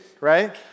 right